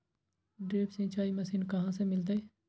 Drip सिंचाई machine कहाँ से मिलतै?